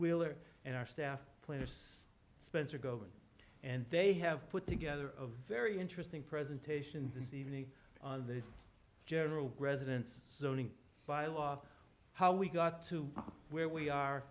wheeler and our staff players spencer go over and they have put together a very interesting presentation this evening on the general residence by law how we got to where we are